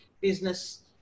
business